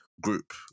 group